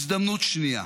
הזדמנות שנייה.